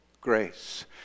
grace